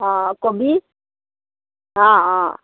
অঁ কবি অঁ অঁ